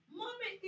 mommy